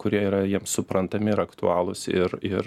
kurie yra jiems suprantami ir aktualūs ir ir